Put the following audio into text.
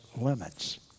limits